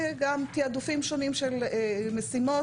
וגם תיעדופים של משימות.